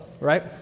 right